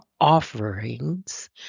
offerings